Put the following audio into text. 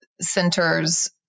centers